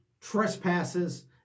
trespasses